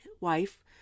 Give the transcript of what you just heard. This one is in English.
wife